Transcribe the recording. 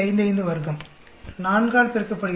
55 வர்க்கம் 4 ஆல் பெருக்கப்படுகிறது